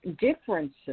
differences